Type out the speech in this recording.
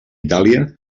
itàlia